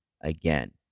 again